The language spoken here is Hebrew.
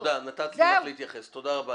תודה רבה.